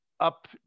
up